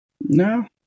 No